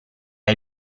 hai